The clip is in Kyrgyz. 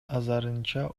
азырынча